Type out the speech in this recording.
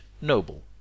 noble